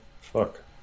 Fuck